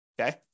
okay